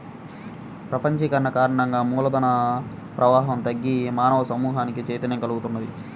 ప్రపంచీకరణ కారణంగా మూల ధన ప్రవాహం తగ్గి మానవ సమూహానికి చైతన్యం కల్గుతున్నది